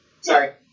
Sorry